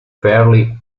fairly